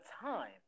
time